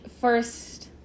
first